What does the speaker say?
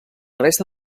resta